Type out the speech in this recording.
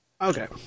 okay